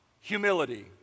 Humility